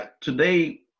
Today